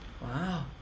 Wow